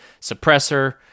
suppressor